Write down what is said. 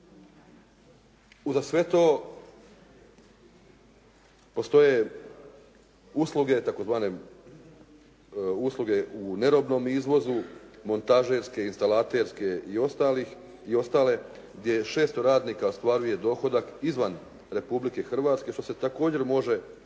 Uza sve to, postoje usluge, tzv. usluge u nerobnom izvozu, montažerske, instalaterske i ostale gdje 600 radnika ostvaruje dohodak izvan Republike Hrvatske, što se također može nekako